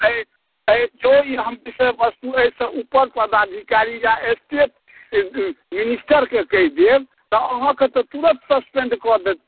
जँ हम ई विषय वस्तु एहिसँ उपर पदाधिकारी या स्टेट मिनिस्टरके कहि देब तऽ अहाँके तऽ तुरन्त सस्पेन्ड कऽ देत